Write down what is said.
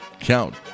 Count